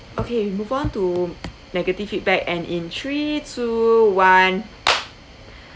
okay we move on to negative feedback and in three two one